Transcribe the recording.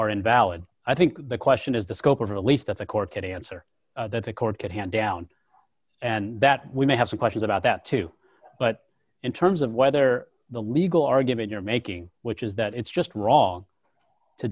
are invalid i think the question is the scope of relief that the court could answer that the court could hand down and that we may have some questions about that too but in terms of whether the legal argument you're making which is that it's just wrong to